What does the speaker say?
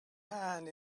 hand